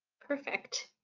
perfect.